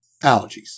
allergies